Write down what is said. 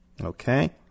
Okay